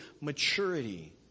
maturity